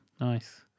Nice